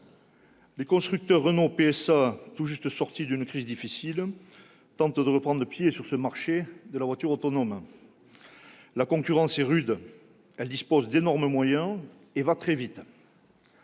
Les constructeurs Renault et PSA, tout juste sortis d'une crise difficile, tentent de prendre pied sur le marché de la voiture autonome. La concurrence est rude, elle dispose d'énormes moyens et va très vite.